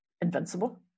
invincible